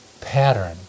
pattern